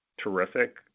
terrific